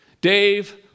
Dave